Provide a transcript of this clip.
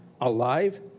alive